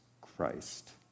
Christ